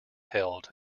held